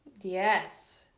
Yes